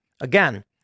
Again